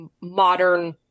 modern